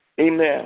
Amen